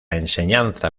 enseñanza